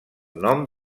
nom